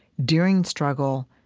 during struggle,